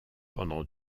pendant